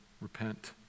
Repent